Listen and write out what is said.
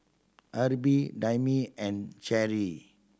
Erby Dayami and Cheri